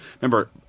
Remember